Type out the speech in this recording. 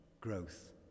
growth